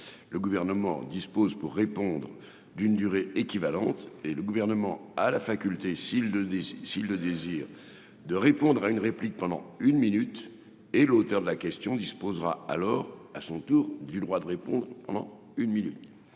Le Gouvernement dispose pour répondre d'une durée équivalente. Il aura la faculté, s'il le juge nécessaire, de répondre à la réplique pendant une minute supplémentaire. L'auteur de la question disposera alors à son tour du droit de répondre pendant une minute.